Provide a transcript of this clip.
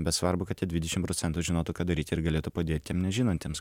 bet svarbu kad tie dvidešim procentų žinotų ką daryti ir galėtų padėt tiem nežinantiems